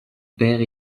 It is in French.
père